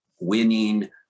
winning